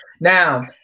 Now